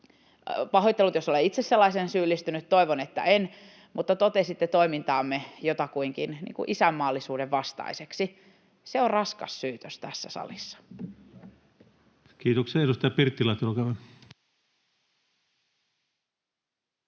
Pahoittelut, jos olen itse sellaiseen syyllistynyt — toivon, että en — mutta kuvasitte toimintaamme jotakuinkin isänmaallisuuden vastaiseksi. Se on raskas syytös tässä salissa. [Jukka Gustafsson: Kyllä!] [Speech